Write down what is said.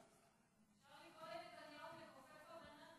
אפשר לקרוא לנתניהו "מכופף הבננות".